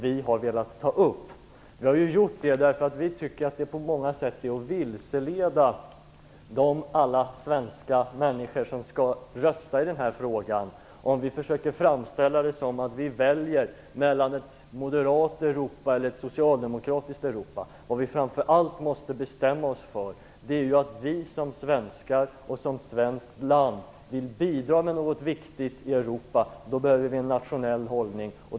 Vi har tagit upp den, eftersom vi tycker att man vilseleder alla de svenska människor som skall rösta i den här frågan om man försöker framställa det som att vi väljer mellan ett moderat eller ett socialdemokratiskt Europa. Vi måste framför allt betona att Sverige och vi svenskar bidrar med något viktigt i Europa. Då behöver vi en nationell hållning.